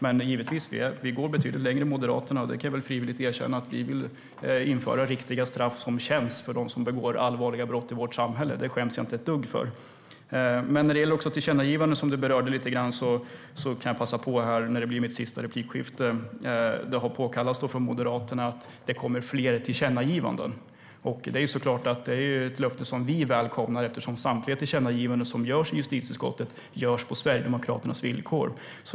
Men givetvis går vi betydligt längre än Moderaterna, och jag kan villigt erkänna att vi vill införa riktiga straff som känns för dem som begår allvarliga brott i vårt samhälle. Det skäms jag inte ett dugg för. Beatrice Ask berörde ett tillkännagivande, och det har påkallats från Moderaterna att det ska komma fler tillkännagivanden. Det är klart att det är ett löfte som vi välkomnar, eftersom samtliga tillkännagivanden som görs i justitieutskottet görs på Sverigedemokraternas villkor.